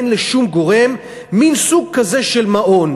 אין לשום גורם מין סוג כזה של מעון,